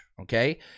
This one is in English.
okay